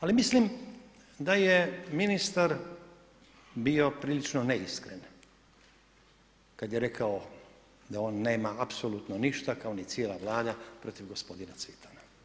Ali mislim da je ministar bio prilično neiskren kada je rekao da on nema apsolutno ništa kao ni cijela Vlada protiv gospodina Cvitana.